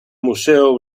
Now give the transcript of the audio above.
museo